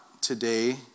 today